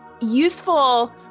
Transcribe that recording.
useful